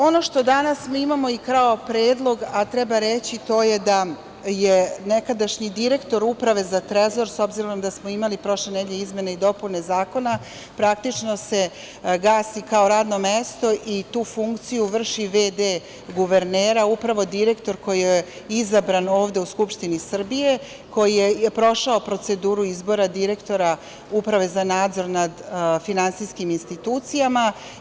Ono što mi danas imamo i kao predlog, to je da je nekadašnji direktor Uprave za trezor, s obzirom da smo prošle nedelje imali izmene i dopune Zakona, praktično se gasi kao radno mesto i tu funkciju vrši v.d. guvernera, upravo direktor koji je izabran ovde u Skupštini Srbije, koji je prošao proceduru izbora direktora Uprave za nadzor nad finansijskim institucijama.